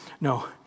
No